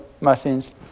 machines